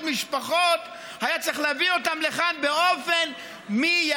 משפחות היה צריך להביא אותם לכאן באופן מיידי.